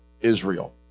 Israel